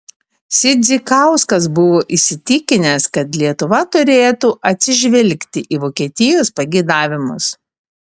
sidzikauskas buvo įsitikinęs kad lietuva turėtų atsižvelgti į vokietijos pageidavimus